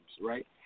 right